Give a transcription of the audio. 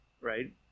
right